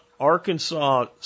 arkansas